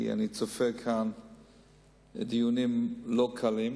כי אני צופה כאן דיונים לא קלים.